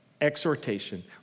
Exhortation